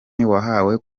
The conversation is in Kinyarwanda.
wahawe